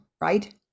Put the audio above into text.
right